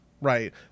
right